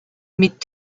mit